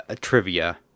trivia